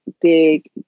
big